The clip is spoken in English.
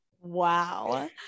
wow